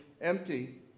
empty